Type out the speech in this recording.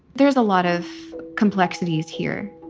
there's a lot of complexities here.